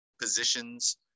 positions